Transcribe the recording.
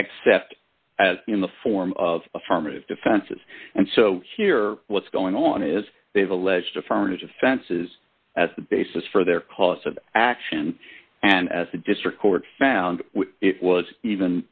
except as in the form of affirmative defenses and so here what's going on is they have alleged affirmative defenses as the basis for their cause of action and as the district court found it was even